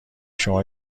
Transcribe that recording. شما